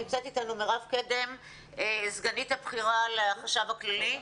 נמצאת איתנו מירב קדם סגנית הבכירה לחשב הכללי.